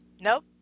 Nope